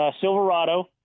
Silverado